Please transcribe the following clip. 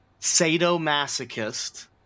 sadomasochist